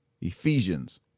Ephesians